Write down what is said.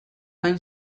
gain